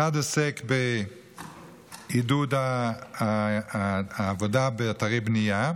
אחד עוסק בעידוד העבודה באתרי בנייה,